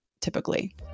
typically